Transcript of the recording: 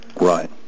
Right